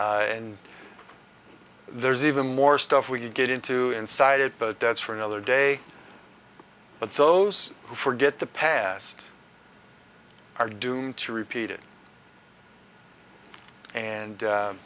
and there's even more stuff we could get into inside it but that's for another day but those who forget the past are doomed to repeat it and